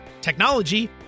technology